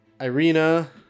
Irina